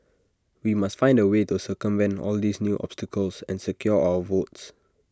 we must find A way to circumvent all these new obstacles and secure our votes